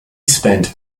spent